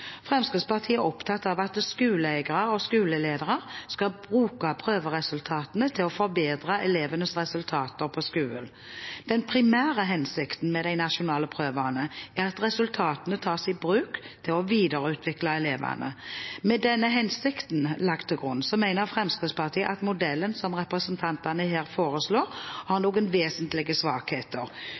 Fremskrittspartiet er opptatt av at skoleeiere og skoleledere skal bruke prøveresultatene til å forbedre elevenes resultater på skolen. Den primære hensikten med de nasjonale prøvene er at resultatene tas i bruk til å videreutvikle elevene. Med denne hensikten lagt til grunn, mener Fremskrittspartiet at modellen som representantene her foreslår, har noen vesentlige svakheter.